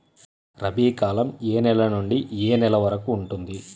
రబీ కాలం ఏ నెల నుండి ఏ నెల వరకు ఉంటుంది?